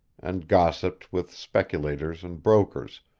and gossiped with speculators and brokers,